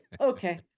okay